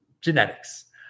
genetics